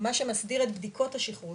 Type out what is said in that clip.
מה שמסדיר את בדיקות השכרות.